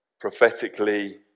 prophetically